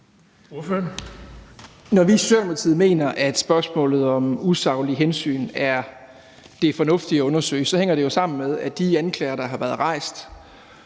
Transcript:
Når vi i Socialdemokratiet mener, at spørgsmålet om usaglige hensyn er det fornuftige at undersøge, så hænger det jo sammen med, at de anklager, der har været rejst,